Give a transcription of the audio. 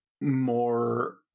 more